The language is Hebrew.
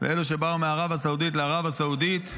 ואלו שבאו מערב הסעודית, לערב הסעודית.